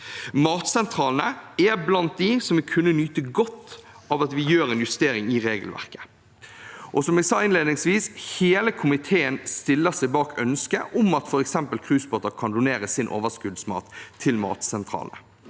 Matsentralene er blant dem som vil kunne nyte godt av at vi gjør en justering i regelverket. Som jeg sa innledningsvis: Hele komiteen stiller seg bak ønsket om at f.eks. cruisebåter kan donere sin overskuddsmat til matsentralene.